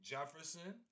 Jefferson